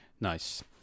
Nice